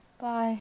bye